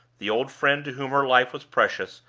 the old friend to whom her life was precious,